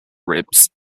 ribs